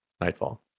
Nightfall